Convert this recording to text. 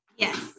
Yes